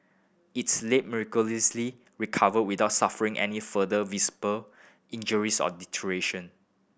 its late miraculously recovered without suffering any further visible injuries or deterioration